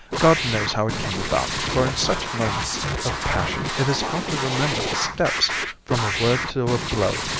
god knows how it came about, for in such moments of passion it is hard to remember the steps from a word to a blow,